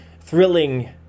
thrilling